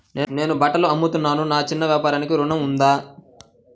నేను బట్టలు అమ్ముతున్నాను, నా చిన్న వ్యాపారానికి ఋణం ఉందా?